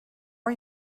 are